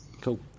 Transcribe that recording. Cool